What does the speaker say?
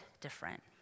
different